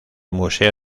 museo